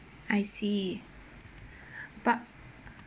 I see but